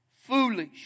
foolish